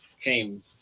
came